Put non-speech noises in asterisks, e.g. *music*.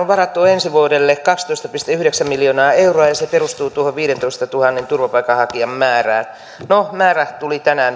*unintelligible* on varattu ensi vuodelle kaksitoista pilkku yhdeksän miljoonaa euroa ja se perustuu tuohon viidentoistatuhannen turvapaikanhakijan määrään no määrä ylittyi tänään